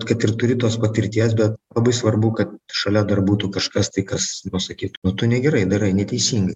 kad ir turi tos patirties bet labai svarbu kad šalia dar būtų kažkas tai kas pasakytų nu tu negerai darai neteisingai